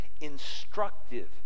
instructive